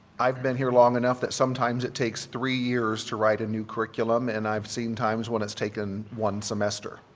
i've been here long enough that sometimes it takes three years to write a new curriculum and i've seen times when it's taken one semester.